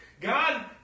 God